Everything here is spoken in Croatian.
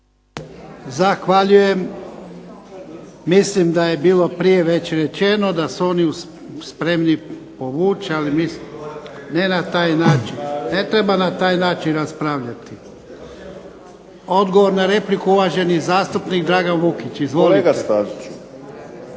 Zahvaljujem. Mislim da je već prije bilo rečeno da su oni spremni povući. Ne na taj način, ne treba na taj način raspravljati. Odgovor na repliku uvaženi gospodin Dragan Vukić. Izvolite.